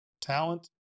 talent